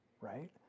Right